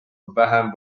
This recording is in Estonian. vähem